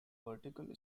vertical